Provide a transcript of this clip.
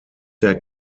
der